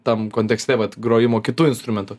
tam kontekste vat grojimo kitu instrumentu